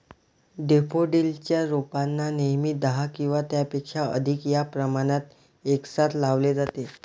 daffodils च्या रोपांना नेहमी दहा किंवा त्यापेक्षा अधिक या प्रमाणात एकसाथ लावले जाते